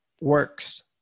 works